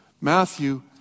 Matthew